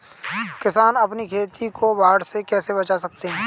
किसान अपनी खेती को बाढ़ से कैसे बचा सकते हैं?